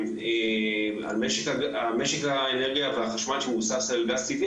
על משק האנרגיה והחשמל שמבוסס על גז טבעי,